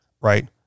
right